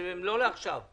שהם מחזירים את כל העובדים?